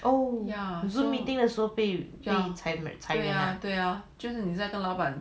oh ya 对啊就是你跟老板